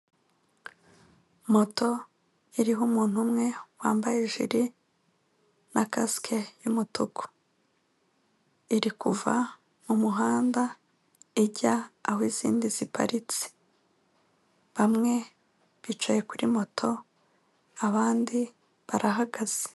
Moto iriho umuntu umwe wambaye ijiri na kasike y'umutuku, iri kuva mu muhanda ijya aho izindi ziparitse. Bamwe bicaye kuri moto abandi barahagaze.